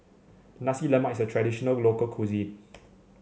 Nasi Lemak is a traditional local cuisine